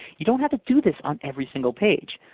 you don't have to do this on every single page.